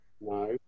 No